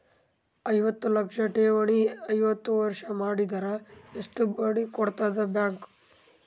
ಐವತ್ತು ಲಕ್ಷ ಠೇವಣಿ ಐದು ವರ್ಷ ಮಾಡಿದರ ಎಷ್ಟ ಬಡ್ಡಿ ಕೊಡತದ ಬ್ಯಾಂಕ್?